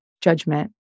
judgment